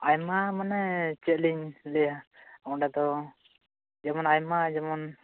ᱟᱭᱢᱟ ᱢᱟᱱᱮ ᱪᱮᱫᱞᱤᱧ ᱞᱟᱹᱭᱟ ᱚᱸᱰᱮ ᱫᱚ ᱡᱮᱢᱚᱱ ᱟᱭᱢᱟ ᱡᱮᱢᱚᱱ